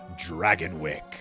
Dragonwick